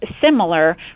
similar